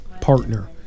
partner